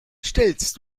stellst